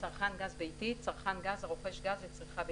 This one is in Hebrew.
"צרכן גז ביתי" צרכן גז הרוכש גז לצריכה ביתית,